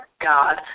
God